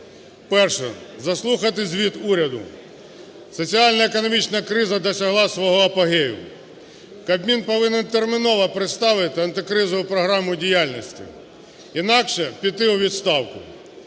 перше - заслухати звіт уряду. Соціально-економічна криза досягла свого апогею. Кабмін повинен терміново представити антикризову програму діяльності, інакше – піти у відставку.